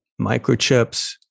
microchips